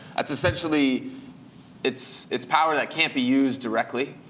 it's essentially it's it's power that can't be used directly.